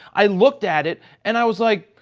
i looked at it and i was like,